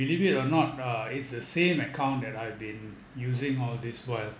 believe it or not ah it's the same account that I've been using all this while